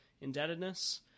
indebtedness